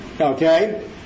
okay